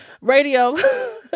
Radio